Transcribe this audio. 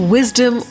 Wisdom